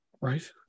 Right